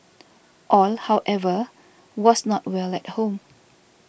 all however was not well at home